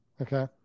Okay